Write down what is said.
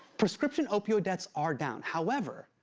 prescription opioid deaths are down. however,